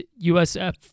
USF